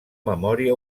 memòria